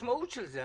זו המשמעות של זה.